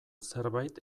zerbait